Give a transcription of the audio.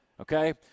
okay